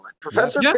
Professor